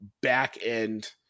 back-end